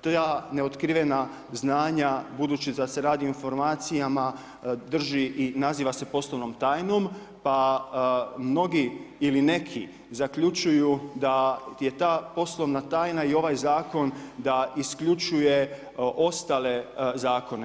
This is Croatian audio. ta neotkrivena znanja budući da se radi o informacijama drži i naziva se poslovnom tajnom pa mnogi ili neki zaključuju da je ta poslovna tajna i ovaj zakon da isključuje ostale zakone.